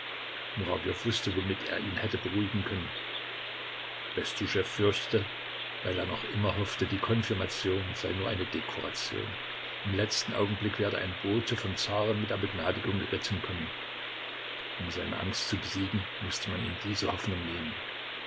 wußte womit er ihn hätte beruhigen können bestuschew fürchtete weil er noch immer hoffte die konfirmation sei nur eine dekoration im letzten augenblick werde ein bote vom zaren mit der begnadigung geritten kommen um seine angst zu besiegen mußte man ihm diese hoffnung nehmen